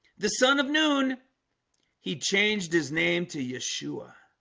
the son of noon he changed his name to yeshua